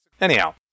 Anyhow